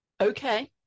Okay